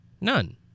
None